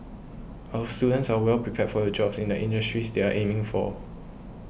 our students are well prepared for the jobs in the industries they are aiming for